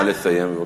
נא לסיים.